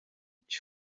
cyo